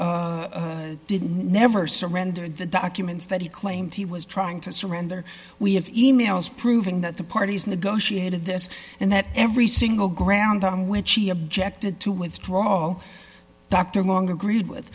didn't never surrender the documents that he claimed he was trying to surrender we have e mails proving that the parties negotiated this and that every single ground on which he objected to withdraw dr long agreed with